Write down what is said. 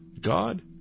God